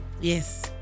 yes